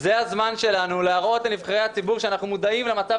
זה הזמן שלנו להראות כנבחרי הציבור שאנחנו מודעים למצב